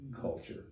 culture